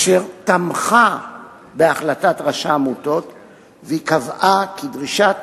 אשר תמכה בהחלטת רשם העמותות וקבעה כי דרישות